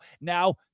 Now